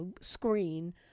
screen